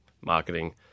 marketing